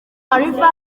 mariva